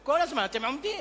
כל הזמן אתם עומדים.